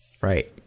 Right